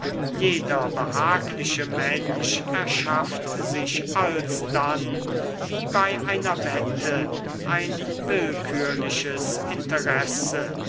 jeder behagliche mensch erschafft sich alsdann wie bei einer wette ein willkürliches interesse